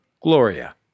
Gloria